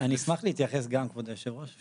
אני אשמח להתייחס גם, כבוד היושב-ראש.